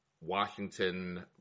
Washington